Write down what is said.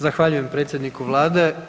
Zahvaljujem predsjedniku Vlade.